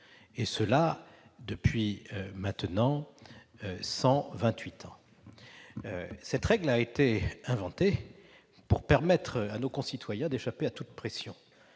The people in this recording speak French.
et ce depuis maintenant 128 ans. Cette règle a été inventée pour permettre à nos concitoyens d'échapper à toute pression.